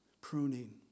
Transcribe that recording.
pruning